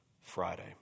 Friday